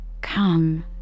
Come